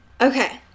Okay